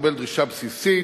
לקבל דרישה בסיסית,